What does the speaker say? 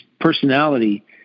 personality